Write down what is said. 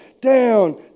down